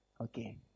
okay